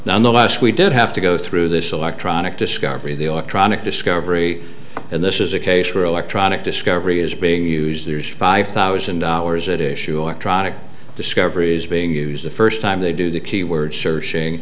nonetheless we did have to go through this electronic discovery the electronic discovery and this is a case where electronic discovery is being used there's five thousand dollars it is sure tronic discovery is being used the first time they do the keyword searching